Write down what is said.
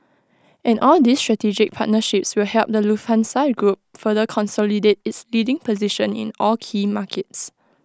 and all these strategic partnerships will help the Lufthansa group further consolidate its leading position in all key markets